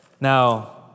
Now